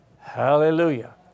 Hallelujah